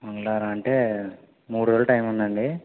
మంగళవారం అంటే మూడు రోజులు టైం ఉందండి